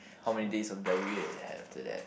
how many days of diarrhea you have after that